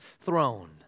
throne